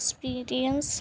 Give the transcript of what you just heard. experience